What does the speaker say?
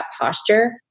posture